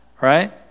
right